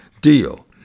deal